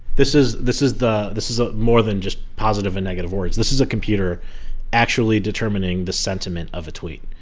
this is this is the this is ah more than just positive and negative words. this is a computer actually determining the sentiment of a tweet.